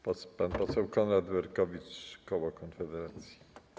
Pan poseł Konrad Berkowicz, koło Konfederacja.